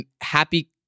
Happy